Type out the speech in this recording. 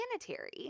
sanitary